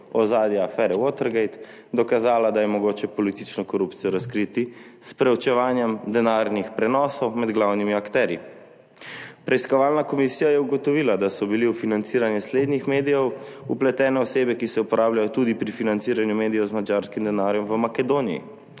ozadja afere Watergate, dokazala, da je mogoče politično korupcijo razkriti s preučevanjem denarnih prenosov med glavnimi akterji. Preiskovalna komisija je ugotovila, da so bile v financiranje slednjih medijev vpletene osebe, ki se uporabljajo tudi pri financiranju medijev z madžarskim denarjem v Makedoniji,